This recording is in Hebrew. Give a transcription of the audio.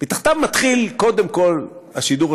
מתחתיו מתחיל קודם כול השידור הציבורי.